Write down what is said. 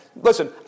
listen